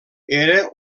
era